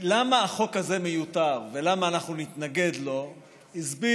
למה החוק הזה מיותר ולמה אנחנו נתנגד לו הסביר